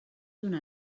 una